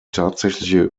tatsächliche